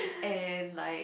and like